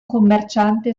commerciante